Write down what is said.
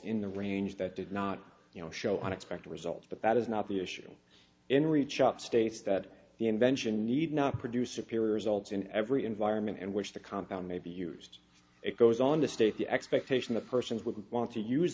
the range that did not you know show unexpected results but that is not the issue in reach up states that the invention need not produce superior results in every environment in which the compound may be used it goes on to state the expectation that persons would want to use